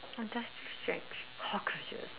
industrial strength cockroaches